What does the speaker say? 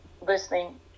listening